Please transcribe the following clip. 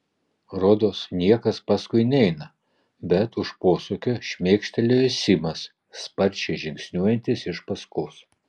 rodos niekas paskui neina bet už posūkio šmėkštelėjo simas sparčiai žingsniuojantis iš paskos